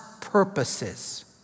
purposes